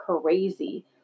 crazy